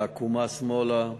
בעקומה שמאלה,